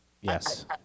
Yes